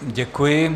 Děkuji.